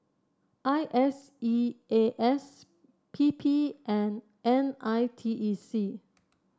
I S E A S P P and N I T E C